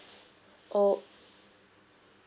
oh